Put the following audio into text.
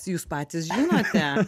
jūs patys žinote